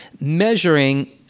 measuring